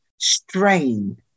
strain